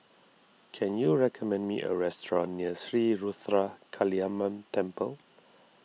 can you recommend me a restaurant near Sri Ruthra Kaliamman Temple